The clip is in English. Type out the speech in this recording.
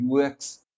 UX